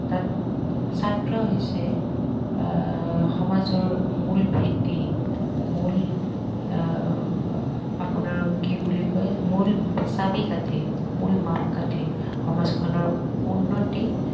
তাত ছাত্ৰ হৈছে সমাজৰ মূল ভেঁটি মূল আপোনাৰ কি বুলি কয় মূল চাবি কাঠি মূল মাপ কাঠি সমাজখনৰ উন্নতি